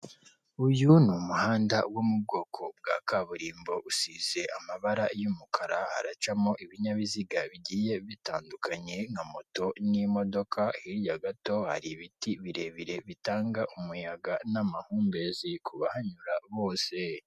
Uyu ni umuhanda wo mu bwoko bwa kaburimbo usize amabara y'umukara, haracamo ibinyabiziga bigiye bitandukanya nka moto n' imodoka. Hirya gato hari ibiti birebire bitanga umuyanga n' amahumbezi ku bahanyura bose.